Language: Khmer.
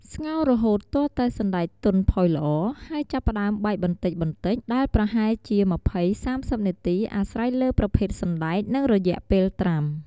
ស្ងោររហូតទាល់តែសណ្ដែកទន់ផុយល្អ ហើយចាប់ផ្ដើមបែកបន្តិចៗ ដែលប្រហែលជា ២០-៣០ នាទី អាស្រ័យលើប្រភេទសណ្ដែក និងរយៈពេលត្រាំ។